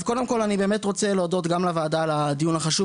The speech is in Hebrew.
קודם כל אני באמת רוצה להודות גם לוועדה על הדיון החשוב